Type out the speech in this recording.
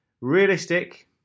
Realistic